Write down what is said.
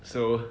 so